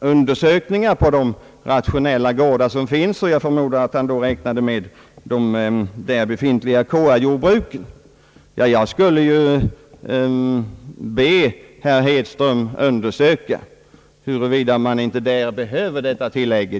undersökningar på de rationella gårdar som finns, och jag förmodar att han då räknade med de där befintliga KR-jordbruken. Jag skulle vilja be herr Hedström undersöka huruvida man inte där behöver detta tillägg.